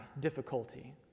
difficulty